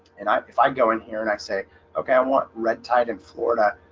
and i if i go in here and i say ok i want red tide in florida,